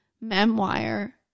memoir